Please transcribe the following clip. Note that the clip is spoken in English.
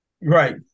Right